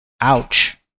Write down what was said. Ouch